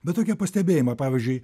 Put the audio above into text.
bet tokie pastebėjimai pavyzdžiui